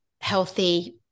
healthy